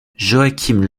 joachim